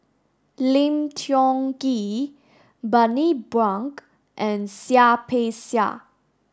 Lim Tiong Ghee Bani Buang and Seah Peck Seah